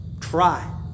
try